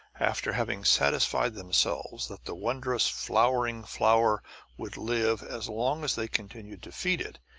after having satisfied themselves that the wondrous flowering flower would live as long as they continued to feed it,